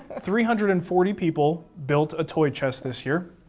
ah three hundred and forty people built a toy chest this year,